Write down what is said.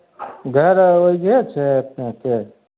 घर ओहिजे छै अपनेके